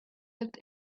looked